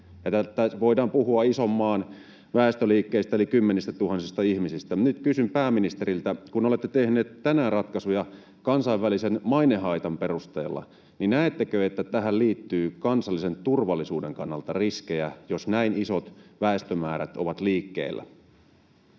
Voidaan puhua ison maan väestöliikkeistä eli kymmenistätuhansista ihmisistä. Nyt kysyn pääministeriltä: kun olette tehneet tänään ratkaisuja kansainvälisen mainehaitan perusteella, niin näettekö, että tähän liittyy kansallisen turvallisuuden kannalta riskejä, jos näin isot väestömäärät ovat liikkeellä?